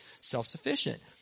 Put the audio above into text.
self-sufficient